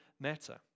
matter